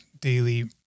daily